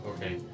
Okay